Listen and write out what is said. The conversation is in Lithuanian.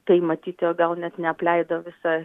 tai matyt jo gal net neapleido visą